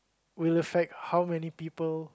will affect how many people